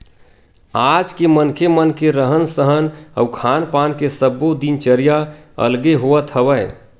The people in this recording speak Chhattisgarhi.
आज के मनखे मन के रहन सहन अउ खान पान के सब्बो दिनचरया अलगे होवत हवय